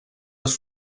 les